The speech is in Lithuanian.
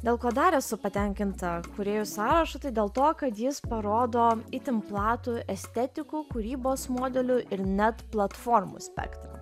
dėl ko dar esu patenkinta kūrėjų sąrašu tai dėl to kad jis parodo itin platų estetikų kūrybos modelių ir net platformų spektrą